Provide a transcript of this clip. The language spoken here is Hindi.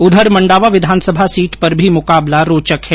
उधर मंडावा विधानसभा सीट पर भी मुकाबला रोचक है